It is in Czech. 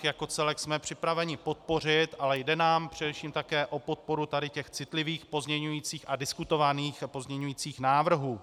Jak celek jsme připraveni podpořit, ale jde nám především také o podporu těch citlivých pozměňovacích a diskutovaných pozměňovacích návrhů.